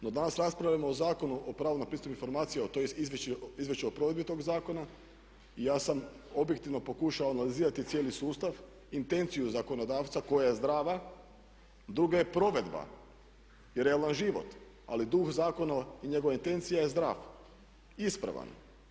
No, danas raspravljamo o Zakonu o pravu na pristup informacijama tj. izvješću o provedbi tog zakona i ja sam objektivno pokušao analizirati cijeli sustav, intenciju zakonodavca koja je zdrava, drugo je provedba i realan život ali duh zakona i njegova intencija je zdrav, ispravan.